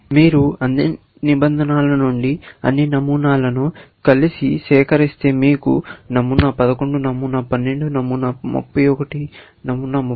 మీరు అన్ని నిబంధనల నుండి అన్ని నమూనాలను కలిసి సేకరిస్తే మీకు నమూనా 11 నమూనా 12 నమూనా నమూనా 31 నమూనా 32 మొదలైనవి ఉంటాయి